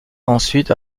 ensuite